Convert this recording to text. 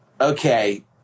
okay